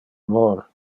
amor